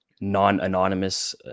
non-anonymous